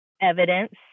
evidence